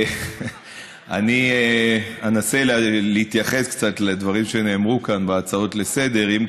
אני אנסה להתייחס קצת לדברים שנאמרו כאן בהצעות לסדר-היום,